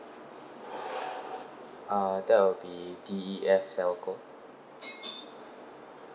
uh that would be D E F telco